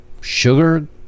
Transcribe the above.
sugar